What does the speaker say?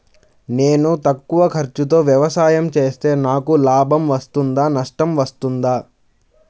నేను తక్కువ ఖర్చుతో వ్యవసాయం చేస్తే నాకు లాభం వస్తుందా నష్టం వస్తుందా?